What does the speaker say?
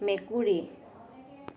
মেকুৰী